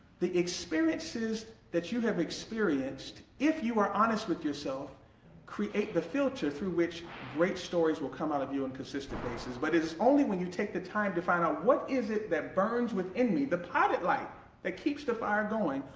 the experiences that you have experienced if you are honest with yourself create the filter through which great stories will come out of you on a and consistent basis but it is only when you take the time to find out what is it that burns within me? the pilot light that keeps the fire going,